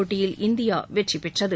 போட்டியில் இந்தியா வெற்றி பெற்றது